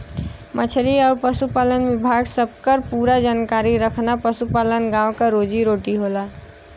मछरी आउर पसुपालन विभाग सबकर पूरा जानकारी रखना पसुपालन गाँव क रोजी रोटी होला